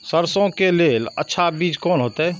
सरसों के लेल अच्छा बीज कोन होते?